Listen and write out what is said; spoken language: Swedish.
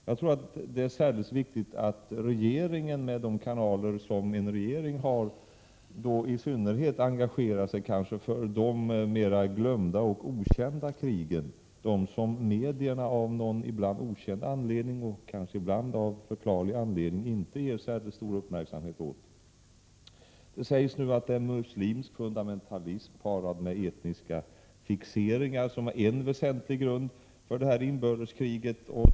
Jag tror att det är särdeles viktigt att regeringen med de kanaler som en regering har i synnerhet engagerar sig för de mera glömda och okända krigen, dem som medierna ibland av okänd anledning och ibland av förklarlig anledning inte ger särskilt stor uppmärksamhet åt. Det sägs nu att muslimsk fundamentalism parad med etiska fixeringar är en väsentlig grund för inbördeskriget i Sudan.